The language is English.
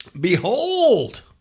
behold